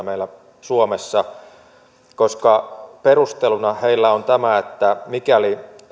meillä suomessa perusteluna heillä on tämä että mikäli